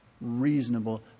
reasonable